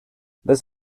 this